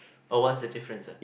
oh what's the difference uh